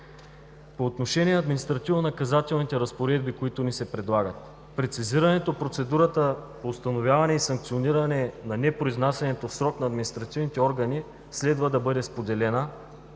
По отношение административнонаказателните разпоредби, които ни се предлагат. Прецизирането на процедурата по установяване и санкциониране на непроизнасянето в срок на административните органи следва да бъде споделена.